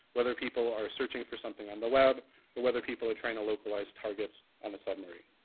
whether people are searching for something on the web or whether people are trying to localize targets on the submarine.